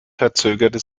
verzögerte